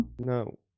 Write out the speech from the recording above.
No